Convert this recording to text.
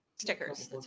Stickers